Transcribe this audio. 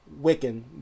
Wiccan